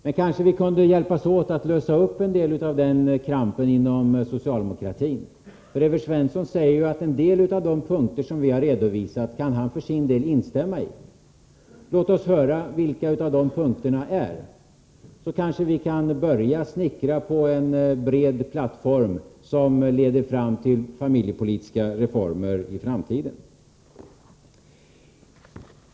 Men kanske vi kunde hjälpas åt att lösa upp en del av krampen inom socialdemokratin. Evert Svensson säger ju att vissa av de punkter som vi har redovisat kan han för sin del ansluta sig till. Låt oss höra vilka de punkterna är, så kanske vi kan börja snickra på en bred plattform, där det går att komma fram till familjepolitiska reformer i framtiden.